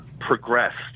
progressed